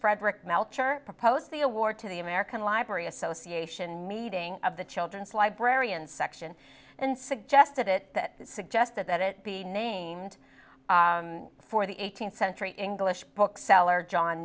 frederick melcher proposed the award to the american library association meeting of the children's library and section and suggested it suggested that it be named for the eighteenth century english bookseller john